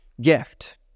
gift